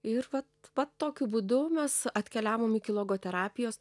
ir vat va tokiu būdu mes atkeliavom iki logoterapijos